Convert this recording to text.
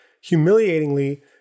humiliatingly